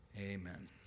amen